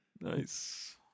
Nice